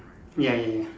ya ya ya